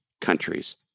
countries